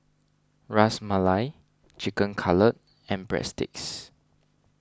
Ras Malai Chicken Cutlet and Breadsticks